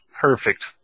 perfect